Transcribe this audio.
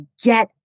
get